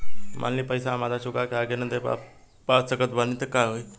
मान ली पईसा हम आधा चुका के आगे न दे पा सकत बानी त का होई?